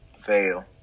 fail